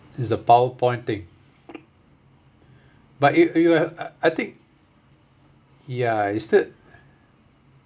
is the powerpoint thing but if you have I think ya instead